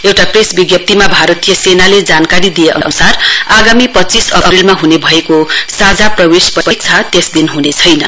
एउटा प्रेस विजप्तिमा भारतीय सेनाले जानकारी दिए अन्सार आगामी पच्चीस अप्रेलमा ह्ने भएको साझा प्रवेश परीक्षा त्यस दिन ह्नेछैन